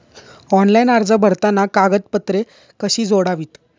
Online अर्ज भरताना कागदपत्रे कशी जोडावीत?